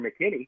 McKinney